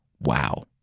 wow